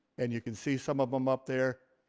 and you can see some of them up there.